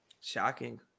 Shocking